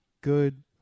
good